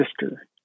sister